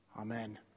Amen